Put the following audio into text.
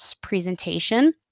presentation